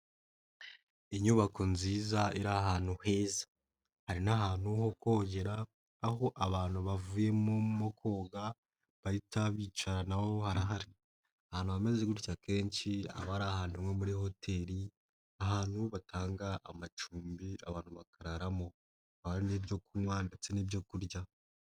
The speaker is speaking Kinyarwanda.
Inyubako nziza iri ahantu heza, hari n'ahantu ho kongera, aho abantu bavuyemo mu koga bahita bicara na ho harahari, ahantu hameze gutya akenshi, aba ari ahantu nko muri hoteli, ahantu batanga amacumbi abantu bakaramo, haba harimo ibyo kunywa ndetse n'ibyo kurya.